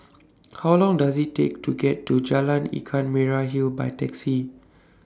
How Long Does IT Take to get to Jalan Ikan Merah Hill By Taxi